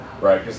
right